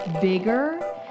bigger